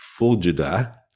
Fulgida